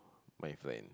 my friend